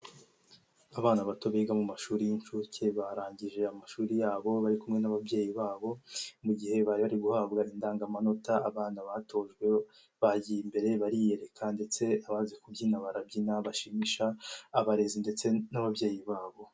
Abana bato biga mu mashuri y'inshuke, barangije amashuri yabo, bari kumwe n'ababyeyi babo, mu gihe bari bari guhabwa indangamanota, abana batojwe bagiye imbere baririyereka ndetse abazi kubyina barabyina, bashimisha abarezi ndetse n'ababyeyi babo.